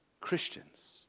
Christians